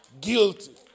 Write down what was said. Guilty